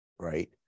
right